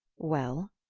well?